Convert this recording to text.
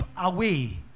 away